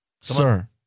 sir